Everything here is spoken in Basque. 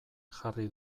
jarri